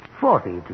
Forty